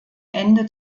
ende